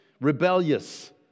rebellious